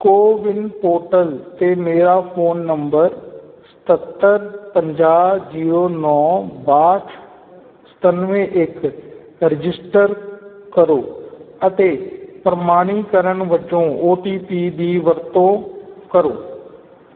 CoWIN portal 'ਤੇ ਮੇਰਾ phone number ਸਤੱਤਰ ਪੰਜਾਹ ਜੀਰੋ ਨੌਂ ਬਾਹਠ ਸਤਾਨਵੇਂ ਇੱਕ ਰਜਿਸਟਰ ਕਰੋ ਅਤੇ ਪ੍ਰਮਾਣੀਕਰਨ ਵਜੋਂ ਓ ਟੀ ਪੀ ਦੀ ਵਰਤੋਂ ਕਰੋ